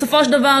בסופו של דבר,